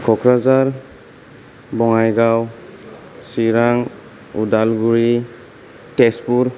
Kokrajhar Bongaigaon Chirang Udalguri Tezpur